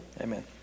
amen